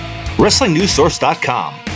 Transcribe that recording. WrestlingNewsSource.com